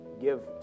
give